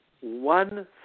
one